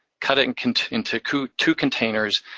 cut it and and into two containers,